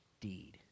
deed